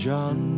John